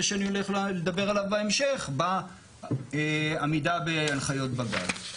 שאני הולך לדבר עליו בהמשך בעמידה בהנחיות בג"צ.